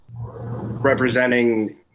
representing